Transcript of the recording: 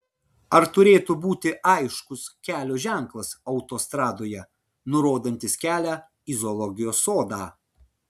ar turėtų būti aiškus kelio ženklas autostradoje nurodantis kelią į zoologijos sodą